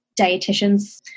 dietitians